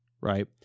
right